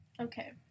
Okay